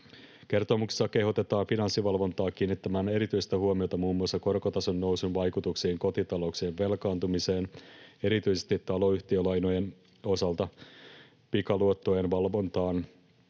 Kertomuksessa kehotetaan Finanssivalvontaa kiinnittämään erityistä huomiota muun muassa korkotason nousun vaikutuksiin kotitalouksien velkaantumiseen erityisesti taloyhtiölainojen osalta, pikaluottojen valvontaan,